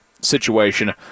situation